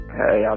hey